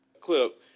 Clip